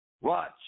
watch